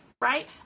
Right